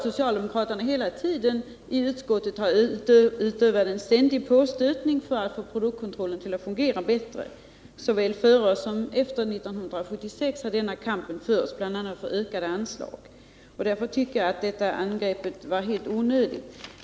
Socialdemokraterna i jordbruksutskottet har vidare gjort ständiga påstötningar, både före och efter 1976, för att få miljökontrollen att fungera bättre och har bl.a. krävt ökade anslag för detta. Därför tycker jag att Lars-Ove Hagbergs angrepp var helt onödigt.